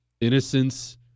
innocence